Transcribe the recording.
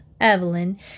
Evelyn